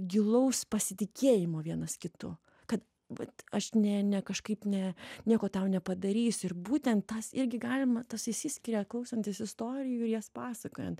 gilaus pasitikėjimo vienas kitu kad vat aš ne ne kažkaip ne nieko tau nepadarysiu ir būtent tas irgi galima tas išsiskiria klausantis istorijų ir jas pasakojant